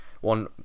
one